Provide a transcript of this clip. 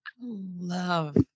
Love